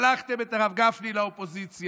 שלחתם את הרב גפני לאופוזיציה.